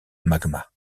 magma